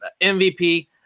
MVP